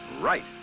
Right